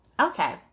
Okay